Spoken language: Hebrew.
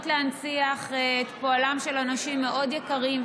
להנציח את פועלם של אנשים מאוד יקרים,